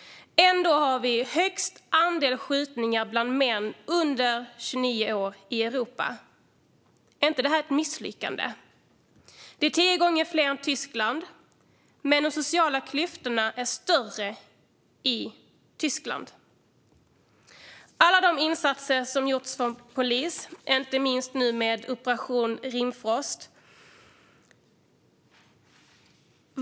Ändå har vi den största andelen skjutningar bland män under 29 år i Europa. Är inte detta ett misslyckande? Det är tio gånger fler än i Tyskland. Men de sociala klyftorna är större i Tyskland. Det har gjorts många insatser från polisen, inte minst nu med Operation Rimfrost.